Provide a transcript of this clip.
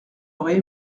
aurait